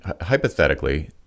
hypothetically